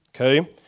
Okay